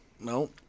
No